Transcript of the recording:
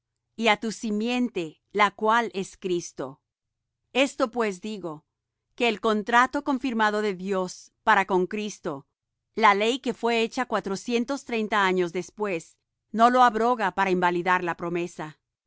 á tu simiente la cual es cristo esto pues digo que el contrato confirmado de dios para con cristo la ley que fué hecha cuatrocientos treinta años después no lo abroga para invalidar la promesa